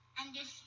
Understand